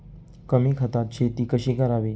कमी खतात शेती कशी करावी?